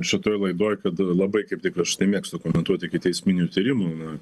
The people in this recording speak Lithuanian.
šitoj laidoj kad labai kaip tik aš nemėgstu komentuoti ikiteisminių tyrimų na